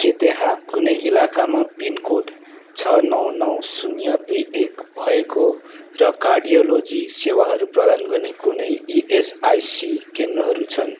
के त्यहाँ कुनै इलाकामा पिनकोड छ नौ नौ शून्य दुई एक भएको र कार्डियोलोजी सेवाहरू प्रदान गर्ने कुनै इएसआइसी केन्द्रहरू छन्